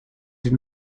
did